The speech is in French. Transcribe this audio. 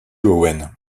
owen